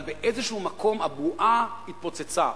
אבל באיזשהו מקום הבועה התפוצצה.